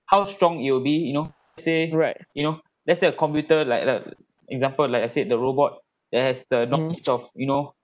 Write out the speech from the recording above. how strong it will be you know say you know let's say a computer like the example like I said the robot that has the you know each of you know